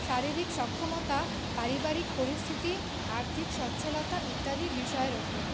শারীরিক সক্ষমতা পারিবারিক পরিস্থিতি আর্থিক সচ্ছলতা ইত্যাদি বিষয়ের উপরে